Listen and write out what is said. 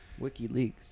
WikiLeaks